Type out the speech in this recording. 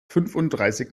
fünfunddreißig